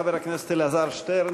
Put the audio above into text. חבר הכנסת אלעזר שטרן,